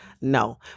No